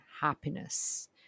happiness